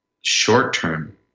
short-term